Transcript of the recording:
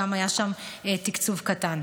גם היה שם תקצוב קטן.